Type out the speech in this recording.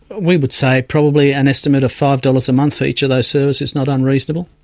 we would say probably an estimate of five dollars a month for each of those services is not unreasonable.